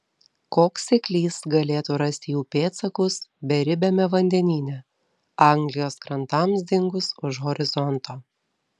koks seklys galėtų rasti jų pėdsakus beribiame vandenyne anglijos krantams dingus už horizonto